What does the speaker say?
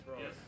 Yes